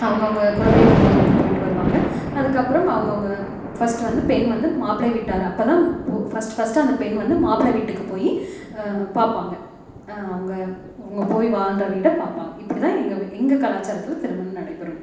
அவங்கவுங்க குலதெய்வம் கோவிலுக்கு போயிட்டு வருவாங்க அதுக்கப்புறம் அவங்கவுங்க ஃபஸ்ட்டு வந்து பெண் வந்து மாப்ளை வீட்டார் அப்போ தான் போ ஃபஸ்ட் ஃபஸ்ட்டு அந்த பெண் வந்து மாப்பிள வீட்டுக்கு போய் பார்ப்பாங்க அவங்க இவங்க போய் வாழ்ற வீடை பார்ப்பாங்க இப்படி தான் எங்கள் வீ எங்கள் கலாச்சாரத்தில் திருமணம் நடைபெறும்